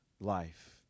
life